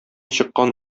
чыккан